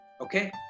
Okay